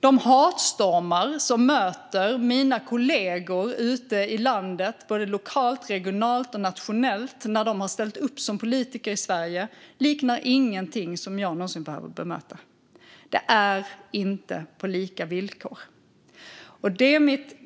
De hatstormar som möter mina kollegor ute i landet, både lokalt, regionalt och nationellt, när de har ställt upp som politiker i Sverige liknar ingenting som jag någonsin behöver bemöta. Det är inte på lika villkor. Det mitt